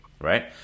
right